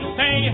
say